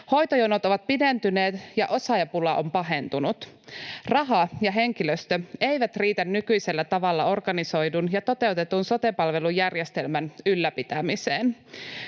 Hoitojonot ovat pidentyneet, ja osaajapula on pahentunut. Raha ja henkilöstö eivät riitä nykyisellä tavalla organisoidun ja toteutetun sote-palvelujärjestelmän ylläpitämiseen.